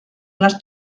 les